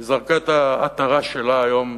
היא זרקה את העטרה שלה היום